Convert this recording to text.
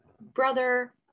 brother